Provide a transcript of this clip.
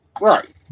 Right